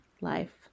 life